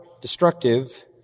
destructive